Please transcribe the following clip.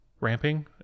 ramping